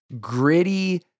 gritty